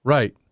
Right